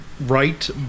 right